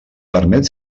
permet